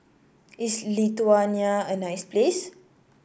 is Lithuania a nice place